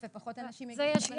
ופחות אנשים יגישו תובענות ייצוגיות.